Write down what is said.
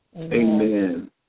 Amen